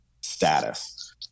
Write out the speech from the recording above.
status